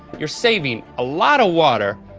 you're saving a lot of water,